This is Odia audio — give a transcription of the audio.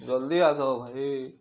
ଜଲ୍ଦି ଆସ ହୋ ଭାଇ